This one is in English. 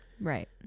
right